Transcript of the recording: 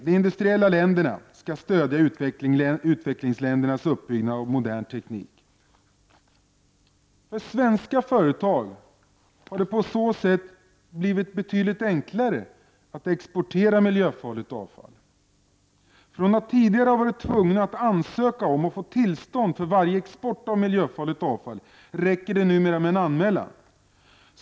De industrialiserade länderna skall stödja utvecklingsländernas uppbyggnad av modern teknik. För svenska företag har det på så sätt blivit betydligt enklare att exportera miljöfarligt avfall. Från att tidigare ha varit tvungna att ansöka om och få tillstånd för varje export av miljöfarligt avfall, räcker det numera att de gör en anmälan.